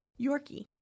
Yorkie